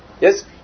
Yes